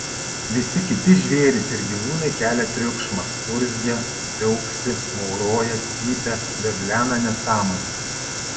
visi kiti žvėrys ir gyvūnai kelia triukšmą urzgia viauksi mauroja cypia veblena nesąmones